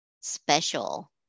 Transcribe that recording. special